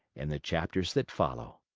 in the chapters that follow.